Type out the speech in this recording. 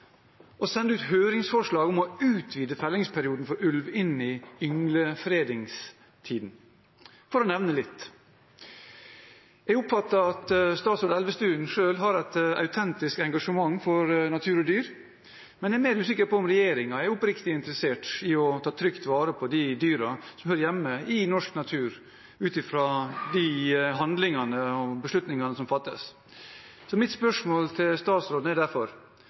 sende ut høringsforslag om å utvide fellingsperioden for ulv inn i ynglefredingstiden – for å nevne noe. Jeg oppfatter at statsråd Elvestuen selv har et autentisk engasjement for natur og dyr, men jeg er mer usikker på om regjeringen er oppriktig interessert i å ta trygt vare på dyrene som hører hjemme i norsk natur, ut fra handlingene som gjøres og beslutningene som fattes. Mitt spørsmål til statsråden er derfor: